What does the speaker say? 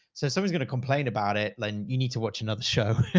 so someone's going to complain about it. then you need to watch another show,